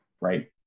right